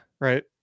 Right